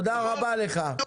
תודה רבה לך.